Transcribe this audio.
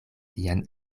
sian